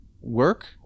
work